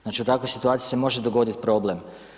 Znači u takvoj situaciji se može dogoditi problem.